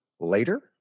later